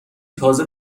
تازه